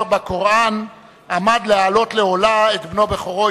בקוראן עמד להעלות לעולה את בנו בכורו,